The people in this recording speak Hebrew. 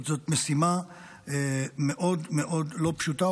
זאת משימה מאוד מאוד לא פשוטה,